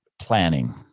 planning